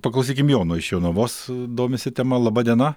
paklausykim jono iš jonavos domisi tema laba diena